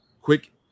Quick